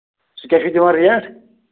سُہ کیٛاہ چھُ دِوان ریٹ